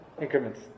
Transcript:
increments